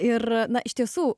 ir na iš tiesų